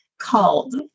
called